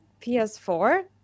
PS4